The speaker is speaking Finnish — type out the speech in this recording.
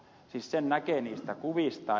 siis sen näkee niistä kuvista